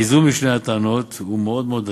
האיזון בין שתי הטענות הוא מאוד מאוד עדין.